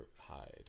hide